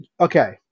Okay